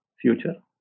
future